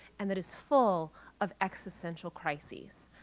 and that is full of existential crises.